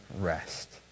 rest